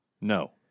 No